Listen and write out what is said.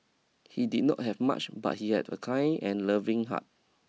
he did not have much but he had a kind and loving heart